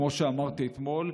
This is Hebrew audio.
כמו שאמרתי אתמול,